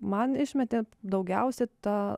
man išmetė daugiausiai tą